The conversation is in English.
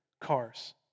cars